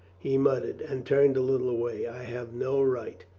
he muttered and turned a little away. i have no right.